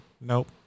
Nope